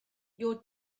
your